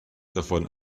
davon